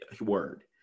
word